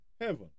heaven